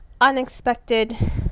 unexpected